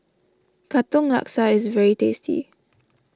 Katong Laksa is very tasty